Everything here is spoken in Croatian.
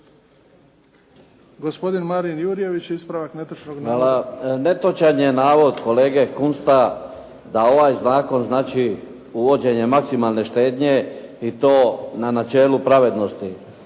navoda. **Jurjević, Marin (SDP)** Hvala. Netočan navod kolega Kunsta da ovaj zakon znači uvođenje maksimalne štednje i to na načelu pravednosti.